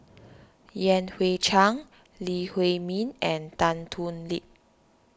Yan Hui Chang Lee Huei Min and Tan Thoon Lip